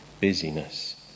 busyness